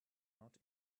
not